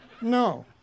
No